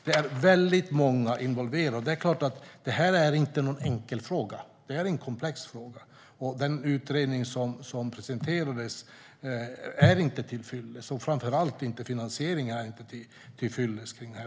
Det är väldigt många involverade, och det är klart att detta inte är någon enkel fråga. Det är en komplex fråga. Den utredning som presenterades är inte till fyllest. Framför allt är inte finansieringen till fyllest.